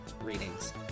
readings